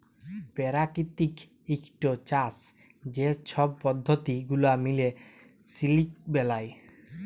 পেরাকিতিক ইকট চাষ যে ছব পদ্ধতি গুলা মিলে সিলিক বেলায়